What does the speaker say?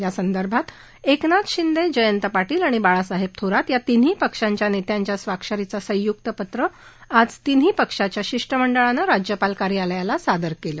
यासंदर्भात एकनाथ शिंदे जयंत पापील आणि बाळासाहेब थोरात या तिन्ही पक्षांच्या नेत्यांच्या स्वाक्षरीचं संय्क्त पत्र आज तिन्ही पक्षाच्या शिष् मंडळानं राज्यपाल कार्यालयाला सादर केलं